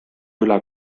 üle